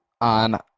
on